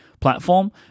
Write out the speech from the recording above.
platform